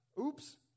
oops